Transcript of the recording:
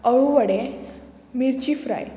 अळवडे मिरची फ्राय